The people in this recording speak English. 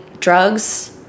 drugs